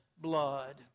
blood